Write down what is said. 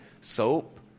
soap